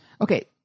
Okay